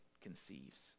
conceives